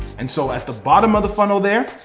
and so at the bottom of the funnel there,